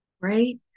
Right